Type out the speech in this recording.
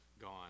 gone